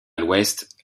l’ouest